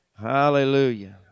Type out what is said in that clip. Hallelujah